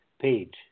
page